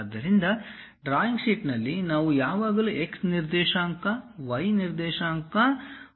ಆದ್ದರಿಂದ ಡ್ರಾಯಿಂಗ್ ಶೀಟ್ನಲ್ಲಿ ನಾವು ಯಾವಾಗಲೂ x ನಿರ್ದೇಶಾಂಕ ವೈ ಕೋಆರ್ಡಿನೇಟ್ ರೀತಿಯ ಮಾಹಿತಿಯನ್ನು ಅಳೆಯುತ್ತೇವೆ